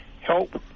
help